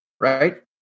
right